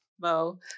Mo